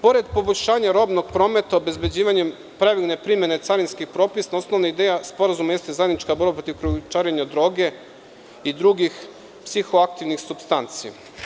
Pored poboljšanja robnog prometa obezbeđivanjem pravilne primene carinskih propisa osnovna ideja sporazuma jeste zajednička borba protiv krijumčarenja droge i drugih psihoaktivnih supstanci.